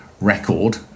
record